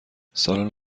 سالن